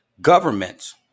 governments